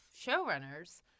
showrunners